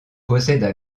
possède